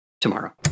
tomorrow